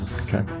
okay